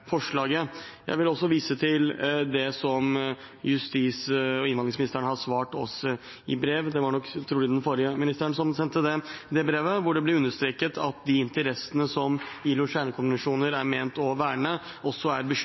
forslaget. Jeg vil også vise til det som justis- og innvandringsministeren har svart oss i brev – det var trolig den forrige ministeren som sendte det brevet – hvor det ble understreket at de interessene som ILOs kjernekonvensjoner er ment å verne, også er